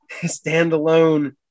standalone